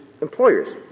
employers